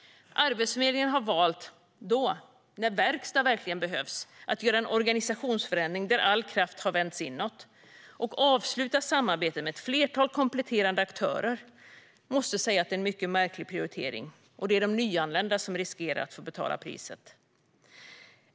Arbetsförmedlingen har då valt - när verkstad verkligen behövs - att göra en organisationsförändring där all kraft har vänts inåt och att avsluta samarbetet med ett flertal kompletterande aktörer. Jag måste säga att det är en mycket märklig prioritering, och det är de nyanlända som riskerar att få betala priset.